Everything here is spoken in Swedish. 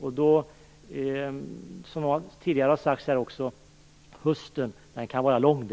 Hösten kan, som tidigare har påpekats, var lång.